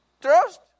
Trust